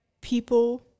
people